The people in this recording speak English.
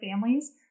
families